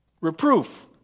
Reproof